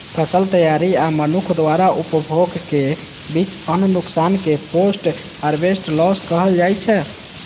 फसल तैयारी आ मनुक्ख द्वारा उपभोगक बीच अन्न नुकसान कें पोस्ट हार्वेस्ट लॉस कहल जाइ छै